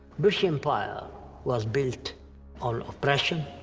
british empire was built um oppression,